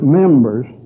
members